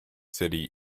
city